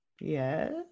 Yes